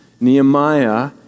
Nehemiah